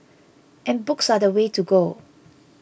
and books are the way to go